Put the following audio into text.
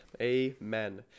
Amen